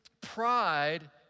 pride